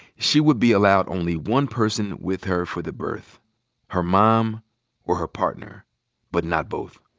she would be allowed only one person with her for the birth her mom or her partner but not both.